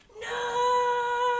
No